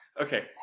Okay